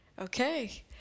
Okay